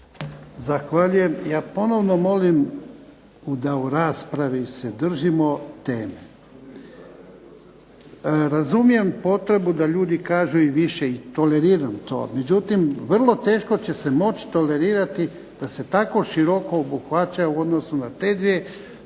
Zahvaljujem. Ja ponovno molim da u raspravi se držimo teme. Razumijem potrebu da ljudi kažu i više i toleriram to, međutim vrlo teško će se moći tolerirati da se tako široko obuhvaća u odnosu na ta dva